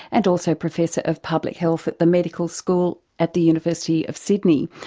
and also professor of public health at the medical school at the university of sydney.